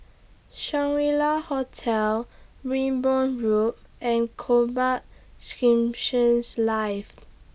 Shangri La Hotel Wimborne Road and Combat Skirmish Live